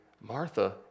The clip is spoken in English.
Martha